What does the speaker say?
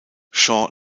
shaw